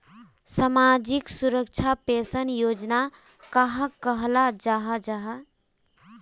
सामाजिक सुरक्षा पेंशन योजना कहाक कहाल जाहा जाहा?